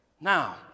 Now